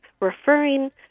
referring